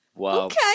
okay